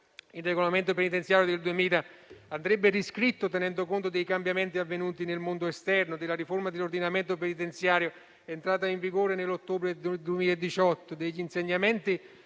dell'ordinamento penitenziario del 2000, che andrebbe riscritto, tenendo conto dei cambiamenti avvenuti nel mondo esterno, della riforma dell'ordinamento penitenziario entrata in vigore nell'ottobre del 2018, degli insegnamenti